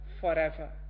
forever